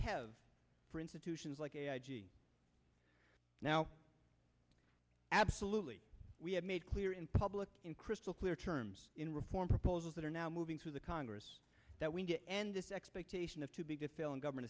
have for institutions like now absolutely we have made clear in public in crystal clear terms in reform proposals that are now moving through the congress that we get and this expectation of two biggest failing government